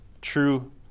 true